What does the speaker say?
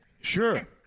Sure